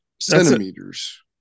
centimeters